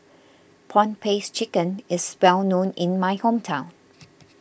Prawn Paste Chicken is well known in my hometown